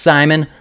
Simon